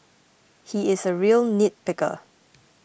he is a real nitpicker